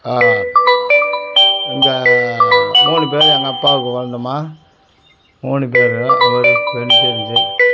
எங்கள் மூணு பேர் எங்கள் அப்பாவுக்கு பிறந்தோமா மூணு பேரும்